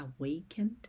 awakened